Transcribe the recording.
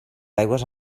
aigües